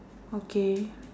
okay